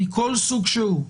מכל סוג שהוא,